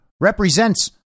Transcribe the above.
represents